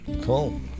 Cool